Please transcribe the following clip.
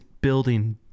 building